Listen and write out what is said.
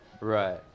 right